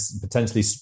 potentially